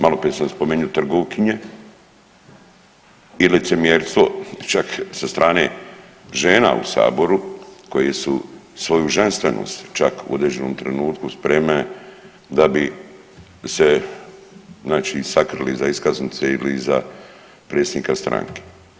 Malo prije sam spominjao trgovkinje i licemjerstvo čak sa strane žena u saboru koje su svoju ženstvenost čak u određenom trenutku spremne da bi se znači sakrili iza iskaznice ili iza predsjednika stranke.